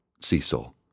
Cecil